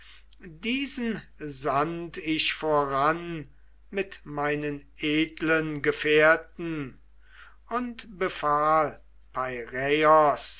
diesen sandt ich voran mit meinen edlen gefährten und befahl